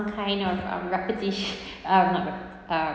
kind of um reputi~ um not repu~ um